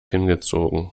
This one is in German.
hingezogen